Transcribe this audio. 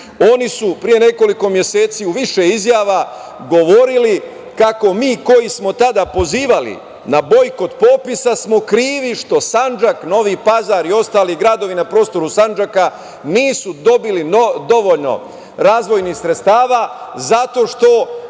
Oni su pre nekoliko meseci u više izjava govorili kako mi koji smo tada pozivali na bojkoti popisa smo krivi što Sandžak, Novi Pazar i ostali gradovi na prostoru Sandžaka nisu dobili dovoljno razvojnih sredstava zato što